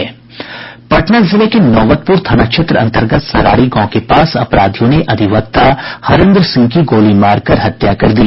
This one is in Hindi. पटना जिले के नौबतपुर थाना क्षेत्र अंतर्गत सरारी गांव के पास अपराधियों ने अधिवक्ता हरेन्द्र सिंह की गोली मारकर हत्या कर दी